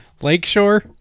Lakeshore